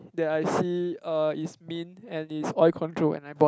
that I see uh is mint and is oil control and I bought